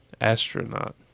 Astronaut